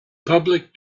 public